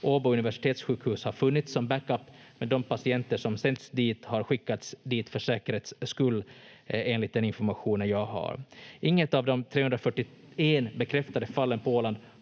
Åbo universitetssjukhus har funnits som backup, men de patienter som sänts dit har skickats dit för säkerhets skull enligt den information jag har. Inget av de 341 bekräftade fallen på Åland